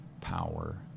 power